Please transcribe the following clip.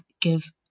give